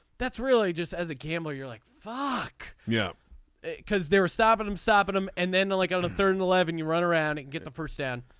that's really just as a campbell you're like fuck yeah cause they were stopping him stopping them and then they're like the third eleven you run around and get the first down.